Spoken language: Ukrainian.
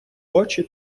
очі